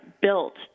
built